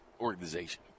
organization